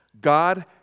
God